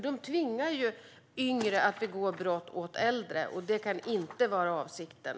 De tvingar ju yngre att begå brott åt äldre, och detta kan inte vara avsikten.